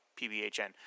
PBHN